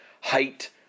height